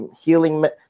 healing